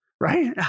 Right